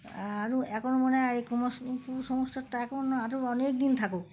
আরও এখনও মনে হয় এই কুমস কুসংস্কারটা এখন আরও অনেক দিন থাকুক